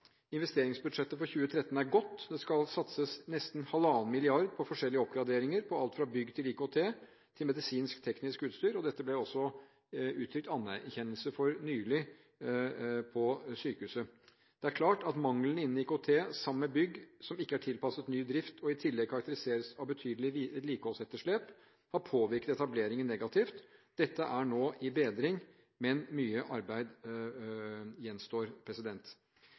Investeringsbudsjettet for 2013 er godt. Det skal satses nesten halvannen milliard på forskjellige oppgraderinger, på alt fra bygg til IKT, til medisinsk-teknisk utstyr, og dette ble det også nylig uttrykt anerkjennelse for på sykehuset. Det er klart at mangelen innen IKT sammen med bygg som ikke er tilpasset ny drift og i tillegg karakteriseres av betydelig vedlikeholdsetterslep, har påvirket etableringen negativt. Dette er nå i bedring, men mye arbeid gjenstår.